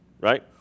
right